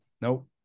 nope